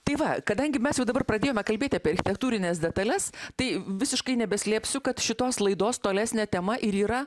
tai va kadangi mes jau dabar pradėjome kalbėti apie architektūrines detales tai visiškai nebeslėpsiu kad šitos laidos tolesnė tema ir yra